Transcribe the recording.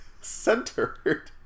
centered